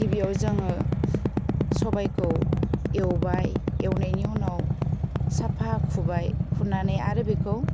गिबियाव जोङो सबाइखौ एवबाय एवनायनि उनाव साफा खुबाय खुनानै आरो बेखौ